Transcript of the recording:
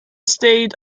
stayed